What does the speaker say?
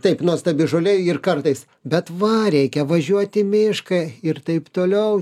taip nuostabi žolė ir kartais bet va reikia važiuot į mišką ir taip toliau